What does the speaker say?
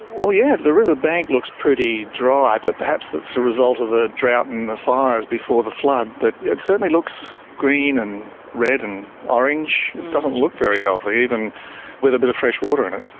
yeah, the river bank looks pretty dry, but perhaps that's the result of the drought and the fires before the flood, but it certainly looks green and red and orange, it doesn't look very healthy, even with a bit of fresh water in it.